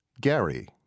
Gary